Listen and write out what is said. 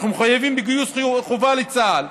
אנחנו מחויבים בגיוס חובה לצה"ל.